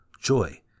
joy